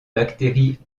bactéries